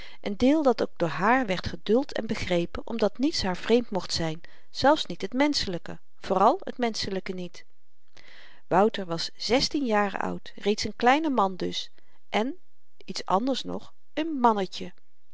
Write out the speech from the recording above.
een deel dat ook door hààr werd geduld en begrepen omdat niets haar vreemd mocht zyn zelfs niet het menschelyke vooral t menschelyke niet wouter was zestien jaren oud reeds n kleine man dus en iets anders nog n mannetje